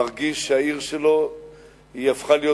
הוא מרגיש שהעיר שלו הפכה להיות,